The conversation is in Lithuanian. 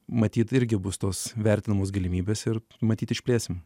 matyt irgi bus tos vertinamos galimybės ir matyt išplėsim